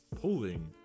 pulling